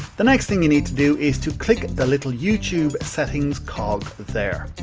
the next thing you need to do is to click the little youtube settings cog there.